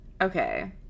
Okay